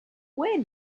where